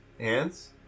Ants